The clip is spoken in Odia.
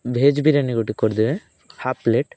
ଭେଜ୍ ବିରିୟାନୀ ଗୋଟେ କରିଦେବେ ହାଫ୍ ପ୍ଲେଟ୍